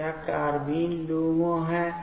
तो यह carbene LUMO है